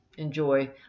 enjoy